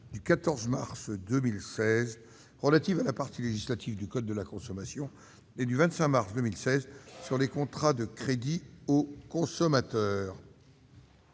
du 14 mars 2016 relatives à la partie législative du code de la consommation et du 25 mars 2016 sur les contrats de crédit aux consommateurs